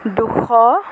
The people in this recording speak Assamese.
দুশ